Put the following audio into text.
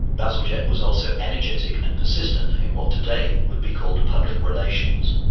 bazalgette was also energetic and persistent in what today would be called public relations.